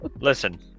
Listen